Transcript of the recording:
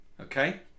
okay